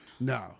No